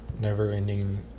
never-ending